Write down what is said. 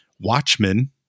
Watchmen